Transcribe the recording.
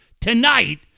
tonight